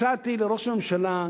הצעתי לראש הממשלה,